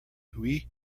hui